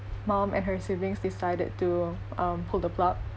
mum and her siblings decided to um pull the plug